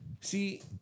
see